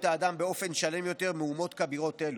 האדם באופן שלם יותר מאומות כבירות אלו.